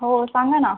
हो सांगा ना